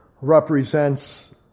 represents